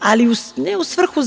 ali ne u svrhu